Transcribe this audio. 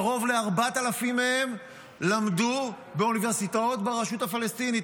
קרוב ל-4,000 מהם למדו באוניברסיטאות ברשות הפלסטינית,